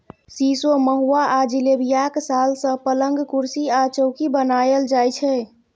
सीशो, महुआ आ जिलेबियाक साल सँ पलंग, कुरसी आ चौकी बनाएल जाइ छै